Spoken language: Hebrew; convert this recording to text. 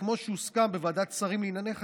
וכמו שהוסכם בוועדת שרים לענייני חקיקה,